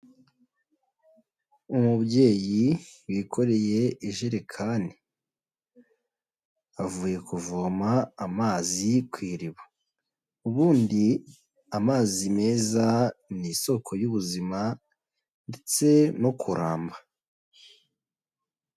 Umubyeyi wikoreye ijerekani, avuye kuvoma amazi ku iriba. Ubundi amazi meza, ni isoko y'ubuzima ndetse no kuramba.